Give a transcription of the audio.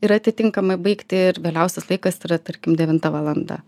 ir atitinkamai baigti ir vėliausias laikas yra tarkim devinta valanda